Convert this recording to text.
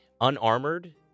Unarmored